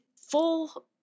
full